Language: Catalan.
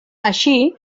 així